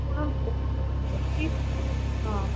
ଶୁଣନ୍ତୁ ଆପଣ ଯଦି ଶହେ ଟଙ୍କା ହଁ